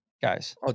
Guys